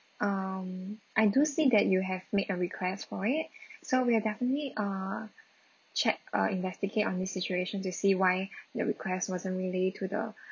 um I do see that you have made a request for it so we'll definitely uh check uh investigate on this situation to see why your request wasn't relayed to the